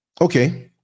Okay